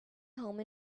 home